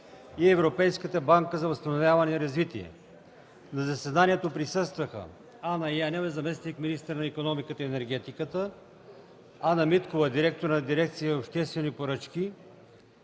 и Европейската банка за възстановяване и развитие. На заседанието присъстваха Анна Янева – заместник-министър на икономиката и енергетиката, и Ана Миткова – директор на дирекция „Регистър и